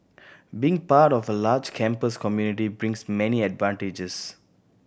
being part of a large campus community brings many advantages